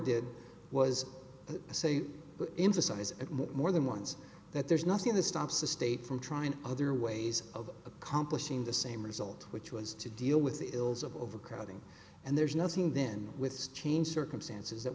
did was to say emphasize more than once that there's nothing that stops a state from trying other ways of accomplishing the same result which was to deal with the ills of overcrowding and there's nothing then with change circumstances that